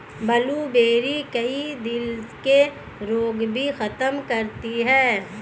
blueberry, कई दिल के रोग भी खत्म करती है